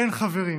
כן, חברים,